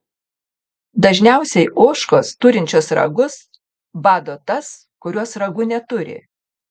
dažniausiai ožkos turinčios ragus bado tas kurios ragų neturi